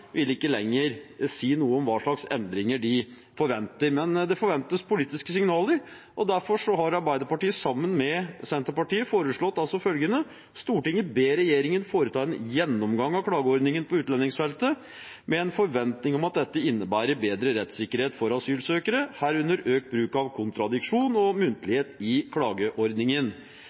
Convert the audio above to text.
vil ikke lenger si noe om hva slags endringer de forventer. Men det forventes politiske signaler, og derfor har Arbeiderpartiet sammen med Senterpartiet foreslått følgende: «Stortinget ber regjeringen foreta en gjennomgang av klageordningen på utlendingsfeltet med en forventning om at dette innebærer bedre rettsikkerhet for asylsøkere, herunder økt bruk av kontradiksjon og muntlighet i klageordningen.»